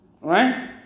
right